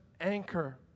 anchor